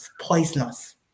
poisonous